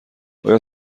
آیا